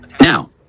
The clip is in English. Now